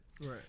Right